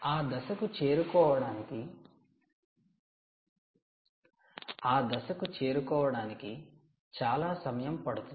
ఆ దశకు చేరుకోవడానికి చాలా సమయం పడుతుంది